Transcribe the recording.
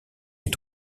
est